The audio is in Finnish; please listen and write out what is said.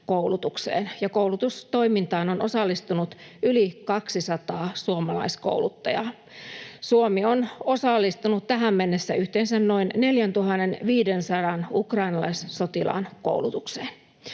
lääkintäkoulutukseen, ja koulutustoimintaan on osallistunut yli 200 suomalaiskouluttajaa. Suomi on osallistunut tähän mennessä yhteensä noin 4 500:n ukrainalaissotilaan koulutukseen.